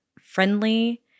friendly